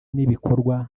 n’ibikorwa